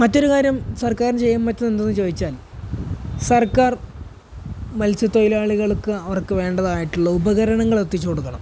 മറ്റൊരു കാര്യം സർക്കാരിന് ചെയ്യാൻ പറ്റുന്ന എന്താണെന്ന് ചോദിച്ചാൽ സർക്കാർ മത്സ്യത്തൊഴിലാളികൾക്ക് അവർക്ക് വേണ്ടതായിട്ടുള്ള ഉപകരണങ്ങൾ എത്തിച്ചുകൊടുക്കണം